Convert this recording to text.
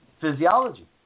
physiology